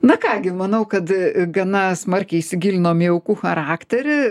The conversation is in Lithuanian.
na ką gi manau kad gana smarkiai įsigilinom į aukų charakterį